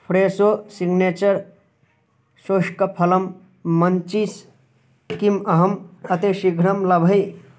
Fresho signature शुश्कफलम् munchies किम् अहं अतिशीघ्रं लभै